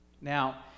Now